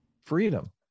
Freedom